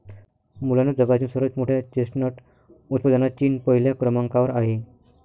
मुलांनो जगातील सर्वात मोठ्या चेस्टनट उत्पादनात चीन पहिल्या क्रमांकावर आहे